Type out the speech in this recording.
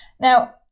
Now